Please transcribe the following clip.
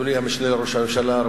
אדוני המשנה לראש הממשלה,